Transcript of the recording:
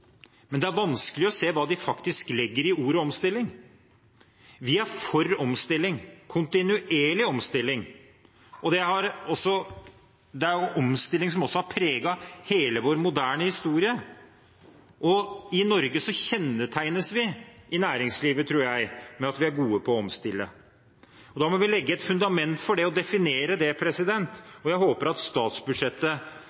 men det er vanskelig å se hva de faktisk legger i ordet omstilling. Vi er for omstilling – kontinuerlig omstilling – og det er også omstilling som har preget hele vår moderne historie. I Norge kjennetegnes næringslivet, tror jeg, ved at vi er gode på å omstille. Da må vi legge et fundament for det og definere det, og jeg håper at statsbudsjettet